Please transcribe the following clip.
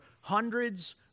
hundreds